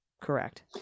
correct